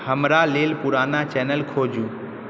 हमरालेल पुराना चैनल खोजू